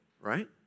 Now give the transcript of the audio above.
right